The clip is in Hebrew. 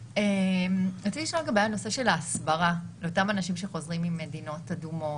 רציתי לשאול לגבי הנושא של ההסברה לאותם אנשים שחוזרים ממדינות אדומות.